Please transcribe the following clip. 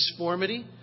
disformity